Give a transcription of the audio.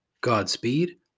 Godspeed